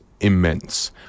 immense